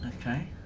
okay